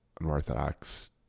unorthodox